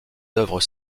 œuvres